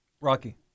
Rocky